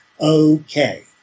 okay